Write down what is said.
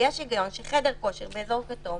יש היגיון שחדר כושר באזור כתום